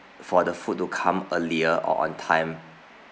for the food to come earlier or on time